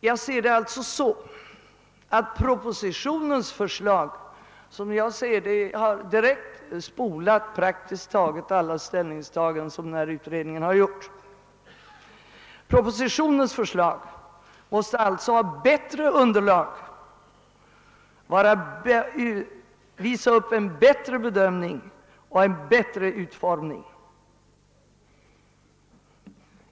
Jag ser det alltså så, att propositionens förslag innebär ett direkt underkännande av praktiskt taget alla ställningstaganden som denna utredning har gjort. Propositionens förslag måste alltså ha bättre underlag, visa upp en bättre bedömning och en bättre utformning.